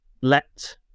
let